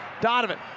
Donovan